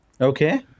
Okay